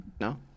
No